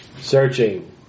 Searching